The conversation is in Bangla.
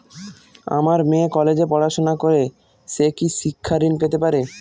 আমার মেয়ে কলেজে পড়াশোনা করে সে কি শিক্ষা ঋণ পেতে পারে?